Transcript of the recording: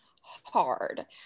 hard